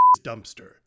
dumpster